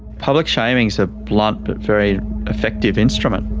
public shaming is a blunt but very effective instrument.